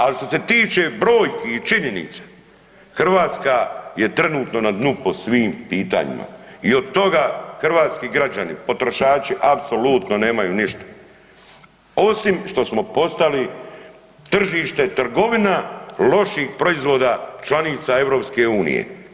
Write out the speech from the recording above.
A što se tiče brojki i činjenica, Hrvatska je trenutno na dnu po svim pitanjima i od toga hrvatski građani, potrošači apsolutno nemaju ništa osim što smo postali tržište trgovina loših proizvoda članica EU-a.